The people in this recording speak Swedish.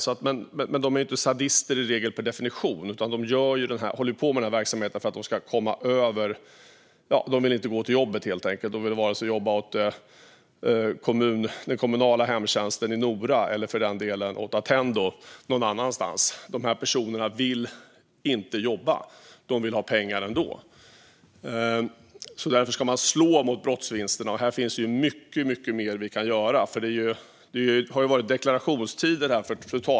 De är dock i regel inte sadister per definition, utan de håller på med sin verksamhet för att de helt enkelt inte vill gå till jobbet. De vill inte jobba vare sig för den kommunala hemtjänsten i Nora eller för den delen för Attendo någon annanstans. De vill inte jobba, men de vill ha pengar ändå. Därför ska man slå mot brottsvinsterna. Här finns mycket mer som vi kan göra. Det har ju nyss varit deklarationstider.